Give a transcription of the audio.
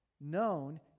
Known